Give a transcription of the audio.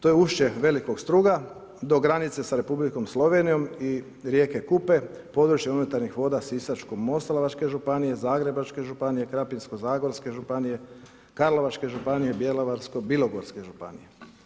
To je ušće velikog struga do granice sa Republikom Slovenijom i rijeke Kupe, područje unutarnjih voda Sisačko-moslavačke županije, Zagrebačke županije, Krapinsko-zagorske županije, Karlovačke županije, Bjelovarsko-bilogorske županije.